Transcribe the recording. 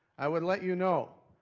i would let you know,